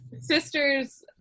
sisters